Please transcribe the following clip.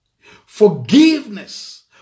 forgiveness